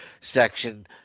section